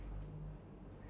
in your life